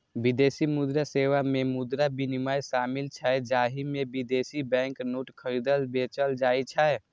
विदेशी मुद्रा सेवा मे मुद्रा विनिमय शामिल छै, जाहि मे विदेशी बैंक नोट खरीदल, बेचल जाइ छै